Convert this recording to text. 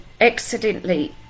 accidentally